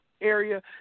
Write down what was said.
area